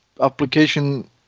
application